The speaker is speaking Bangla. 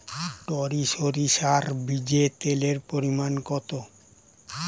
টরি সরিষার বীজে তেলের পরিমাণ কত?